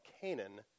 Canaan